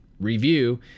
review